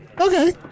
Okay